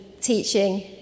teaching